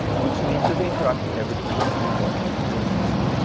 which means that they interact with everything that's in the bottom of of the sea.